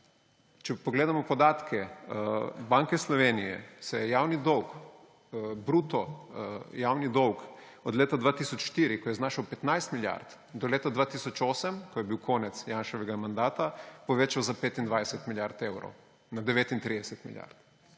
če pogledamo podatke Banke Slovenije, se je bruto javni dolg od leta 2004, ko je znašal 15 milijard, do leta 2008, ko je bil konec Janševega mandata, povečal za 25 milijard evrov, na 39 milijard.